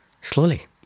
slowly